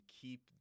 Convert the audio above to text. keep